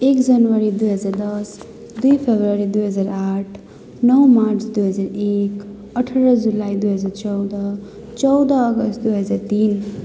एक जनवरी दुई हजार दस दुई फेब्रुअरी दुई हजार आठ नौ मार्च दुई हजार एक अठार जुलाई दुई हजार चौध चौध अगस्त दुई हजार तिन